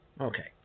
Okay